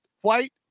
White